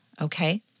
okay